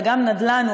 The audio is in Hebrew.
וגם נדל"ן,